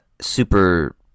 super